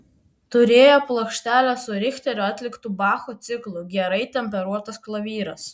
turėjo plokštelę su richterio atliktu bacho ciklu gerai temperuotas klavyras